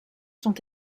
sont